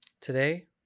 Today